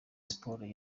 sports